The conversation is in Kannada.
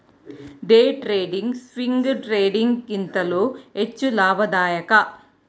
ಡೇ ಟ್ರೇಡಿಂಗ್, ಸ್ವಿಂಗ್ ಟ್ರೇಡಿಂಗ್ ಗಿಂತಲೂ ಹೆಚ್ಚು ಲಾಭದಾಯಕ